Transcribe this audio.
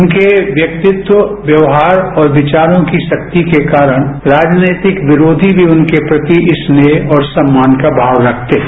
उनके व्यक्तित्व व्यवहार और विचारों की शक्ति के कारण राजनैतिक विरोधी भी उनके प्रति इस स्नेह और सम्मान का भाव रखते हैं